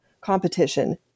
competition